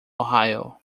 ohio